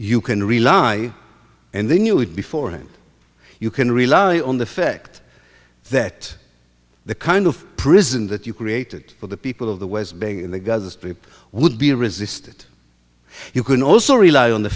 you can rely and they knew it before and you can rely on the fact that the kind of prison that you created for the people of the west bank and the gaza strip would be resisted you can also rely on the